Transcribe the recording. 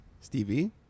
Stevie